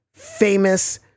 famous